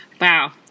Wow